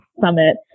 summit